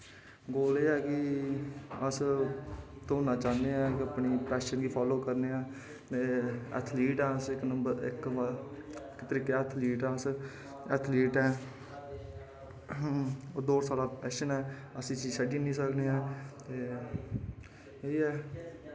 गोल एह् ऐ कि अस घूमना चाह्ने आं अपने पैशन गी फॉलो करने आं ते ऐथलीट आं अस इक नंबर इक तरीकै ऐथलीट न एह् साढ़ा पैशन ऐ अस इस्सी छड्डी नेईं सकने ते एह् ऐ